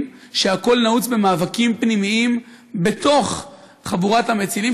שהכול נעוץ במאבקים פנימיים בתוך חבורת המצילים,